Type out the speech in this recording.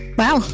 wow